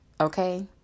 Okay